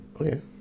Okay